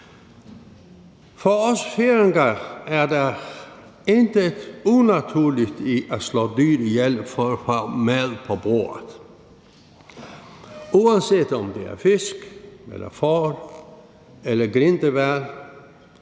For os færinger er der intet unaturligt i at slå et dyr ihjel for at få mad på bordet, uanset om det er fisk eller får eller grindehval.